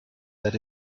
that